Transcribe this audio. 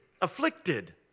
afflicted